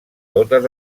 totes